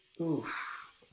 oof